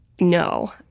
No